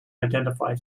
identify